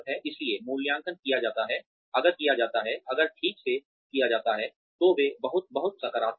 इसलिए मूल्यांकन किया जाता है अगर किया जाता है अगर ठीक से किया जाता है तो वे बहुत बहुत सकारात्मक हैं